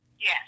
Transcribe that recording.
Yes